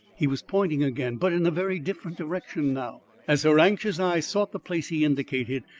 he was pointing again, but in a very different direction now. as her anxious eye sought the place he indicated,